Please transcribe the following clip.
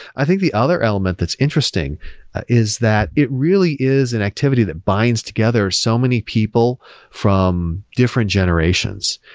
i think the other element that's interesting is that it really is an activity that binds together so many people from different generations.